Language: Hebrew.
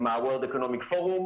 הפורום